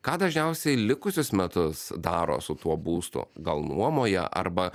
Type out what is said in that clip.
ką dažniausiai likusius metus daro su tuo būstu gal nuomoja arba